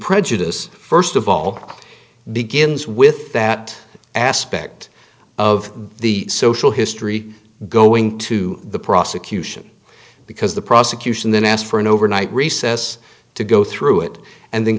prejudice first of all begins with that aspect of the social history going to the prosecution because the prosecution then asked for an overnight recess to go through it and then